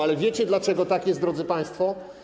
Ale wiecie, dlaczego tak jest, drodzy państwo?